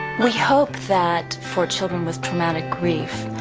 we hope that for children with traumatic grief,